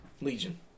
Legion